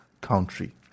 country